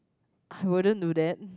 I wouldn't do that